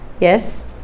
Yes